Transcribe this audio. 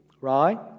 right